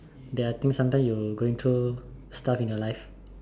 there are things sometimes you going through stuff in your life